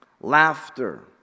laughter